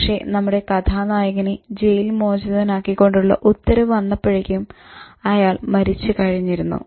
പക്ഷെ നമ്മുടെ കഥാനായകനെ ജയിൽ മോചിതനാക്കികൊണ്ടുള്ള ഉത്തരവ് വന്നപ്പോഴേക്കും അയാൾ മരിച്ചു കഴിഞ്ഞിരുന്നു